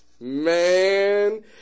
man